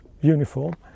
uniform